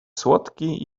słodki